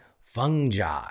fungi